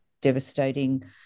devastating